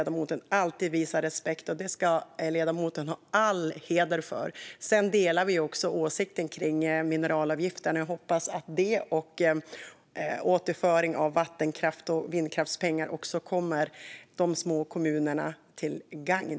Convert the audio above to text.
Det ska ledamoten ha all heder för. Sedan delar vi åsikten om mineralavgiften, och jag hoppas att detta - samt återföring av vattenkrafts och vindkraftspengar - kommer de små kommunerna till gagn.